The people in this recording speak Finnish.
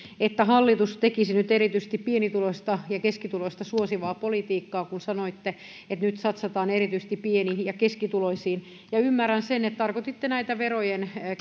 että hallitus tekisi nyt erityisesti pienituloisia ja keskituloisia suosivaa politiikkaa kun sanoitte että nyt satsataan erityisesti pieni ja keskituloisiin ymmärrän sen että tarkoititte näitä verojen